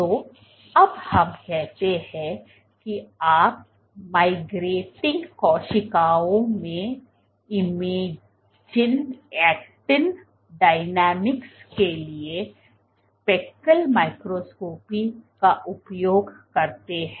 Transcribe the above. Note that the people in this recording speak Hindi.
तो अब हम कहते हैं कि आप माइग्रेटिंग कोशिकाओं में इमेजिन एक्टिन डायनामिकक्स के लिए स्पेकल माइक्रोस्कोपी का उपयोग करते हैं